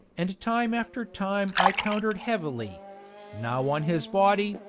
and time after time i countered heavily now on his body,